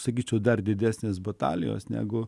sakyčiau dar didesnės batalijos negu